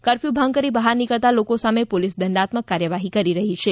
કફર્યૂ ભંગ કરી બહાર નીકળતા લોકો સામે પોલીસ દંડાત્મક કાર્યવાહી કરી છે